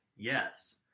Yes